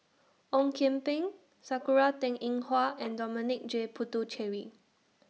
Ong Kian Peng Sakura Teng Ying Hua and Dominic J Puthucheary